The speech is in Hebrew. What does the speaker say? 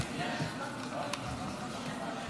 היושב-ראש,